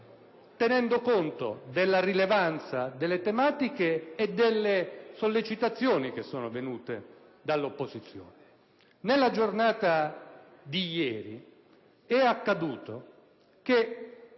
tenendo conto della rilevanza delle tematiche e delle sollecitazioni che sono provenute dall'opposizione. Nella giornata di ieri è accaduto che